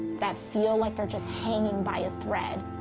that feel like they're just hanging by a thread.